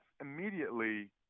immediately